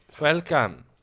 welcome